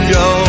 go